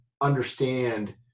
understand